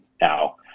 Now